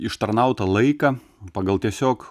ištarnautą laiką pagal tiesiog